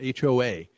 HOA